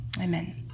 amen